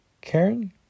Karen